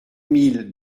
mille